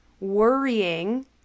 worrying